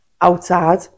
Outside